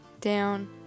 down